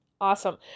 Awesome